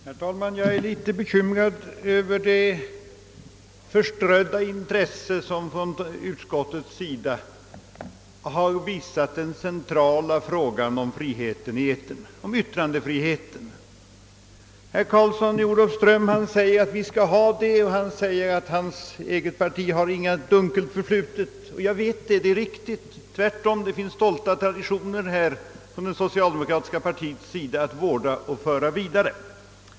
Herr talman! Jag är litet bekymrad över det förströdda intresse utskottets talesmän visat den centrala frågan om friheten i etern, yttrandefriheten. Herr Karlsson i Olofström sade att vi skall ha sådan frihet och att hans eget parti i det fallet inte har något dunkelt förflutet. Jag vet det. Tvärtom finns det hos det socialdemokratiska partiet stolta traditioner att vårda och föra vidare i det fallet.